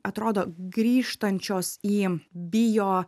atrodo grįžtančios į bio